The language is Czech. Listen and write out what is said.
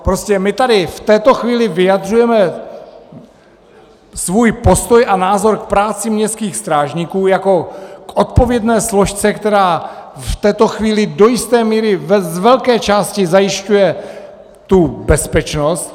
Prostě my tady v této chvíli vyjadřujeme svůj postoj a názor k práci městských strážníků jako k odpovědné složce, která v této chvíli do jisté míry z velké části zajišťuje bezpečnost.